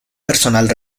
personal